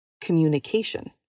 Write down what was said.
communication